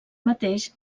mateix